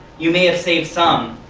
you may have saved some,